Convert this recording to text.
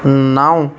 نَو